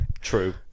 True